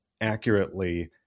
accurately